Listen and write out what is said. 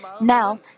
Now